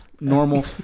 Normal